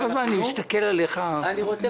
אני רק רוצה